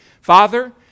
Father